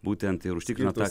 būtent ir užtikrina tą